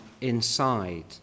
inside